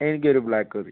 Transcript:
എനിക്ക് ഒരു ബ്ലാക്ക് മതി